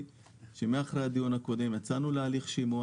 אחרי הדיון הקודם יצאנו להליך שימוע